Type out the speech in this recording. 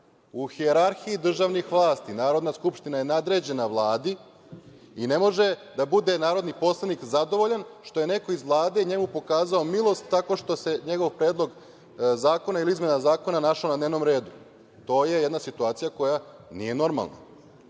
U hijerarhiji državnih vlasti Narodna skupština je nadređena Vladi i ne može da bude narodni poslanik zadovoljan što je neko iz Vlade njemu pokazao milost tako što se njegov predlog zakona ili izmena zakona našao na dnevnom redu. To je jedna situacija koja nije